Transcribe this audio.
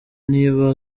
niba